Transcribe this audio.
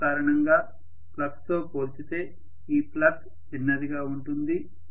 iron కారణంగా ఫ్లక్స్తో పోల్చితే ఈ ఫ్లక్స్ చిన్నదిగా ఉంటుంది